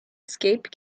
escape